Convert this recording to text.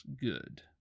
good